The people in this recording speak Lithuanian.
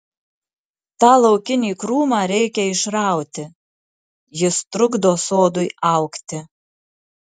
tą laukinį krūmą reikia išrauti jis trukdo sodui augti